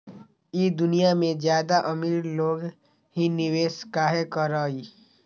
ई दुनिया में ज्यादा अमीर लोग ही निवेस काहे करई?